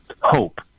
hope